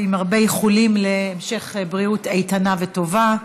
עם הרבה איחולים להמשך בריאות איתנה וטובה.